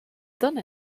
done